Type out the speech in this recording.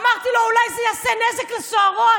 אמרתי לו: אולי זה יעשה נזק לסוהרות.